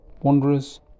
Wanderers